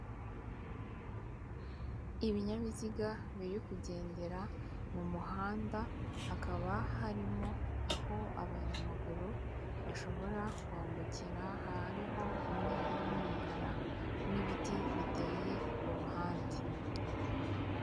Ibinyabiziga biri kugendera mu muhanda, hakaba harimo aho abanyamaguru bashobora kwambukira, hariho umweru n'umukara n'ibiti biteye ku ruhande.